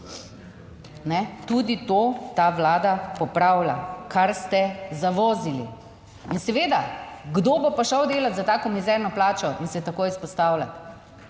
tudi to, ta Vlada popravlja, kar ste zavozili. Seveda, kdo bo pa šel delat za tako mizerno plačo in se tako izpostavljati?